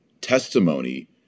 testimony